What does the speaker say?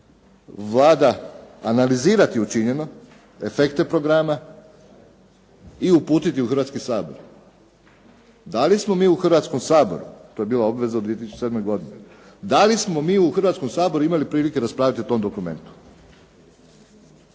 Vlada analizirati učinjeno, efekte programa i uputiti u Hrvatski sabor. Da li smo mi u Hrvatskom saboru, to je bila obveza 2007. godine, da li smo mi u Hrvatskom saboru imali prilike raspravljati o tom dokumentu?